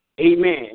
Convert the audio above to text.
Amen